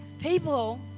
people